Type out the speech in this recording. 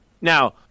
Now